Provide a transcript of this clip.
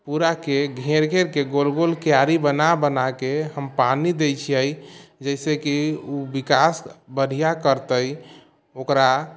पूराके घेर घेरके गोल गोल क्यारी बना बनाके हम पानी दै छिए जइसेकि विकास बढ़िआँ करतै ओकरा